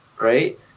right